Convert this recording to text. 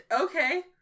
okay